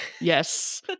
Yes